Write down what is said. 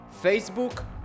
Facebook